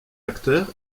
acteurs